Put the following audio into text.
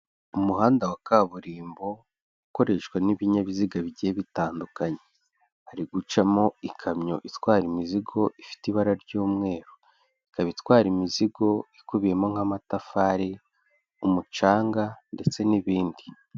Umuhanda wa kaburimbo, ukoreshwa n'ibinyabiziga bigiye bitandukanye, hari gucamo ikamyo itwara imizigo, ifite ibara ry'umweru, ikaba itwara imizigo ikubiyemo nk'amatafari, umucanga ndetse n'ibindi.